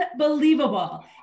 unbelievable